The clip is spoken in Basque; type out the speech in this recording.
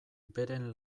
beren